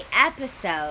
episode